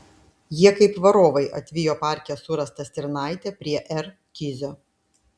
jie kaip varovai atvijo parke surastą stirnaitę prie r kizio